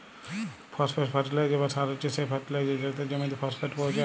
phosphate fertiliser বা সার হছে সে ফার্টিলাইজার যেটতে জমিতে ফসফেট পোঁছায়